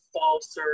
false